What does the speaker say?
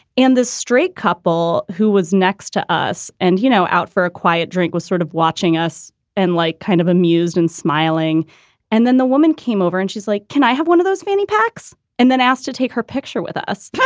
and this straight couple who was next to us and, you know, out for a quiet drink was sort of watching us and like kind of amused and smiling and then the woman came over and she's like, can i have one of those fanny packs? and then asked to take her picture with us.